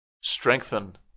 Strengthen